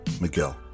Miguel